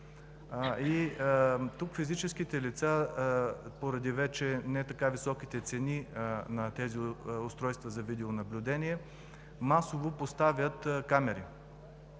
Тук физическите лица вече, поради не така високите цени на тези устройства за видеонаблюдение, масово поставят камери.